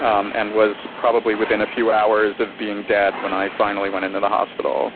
um and was probably within a few hours of being dead when i finally went into the hospital.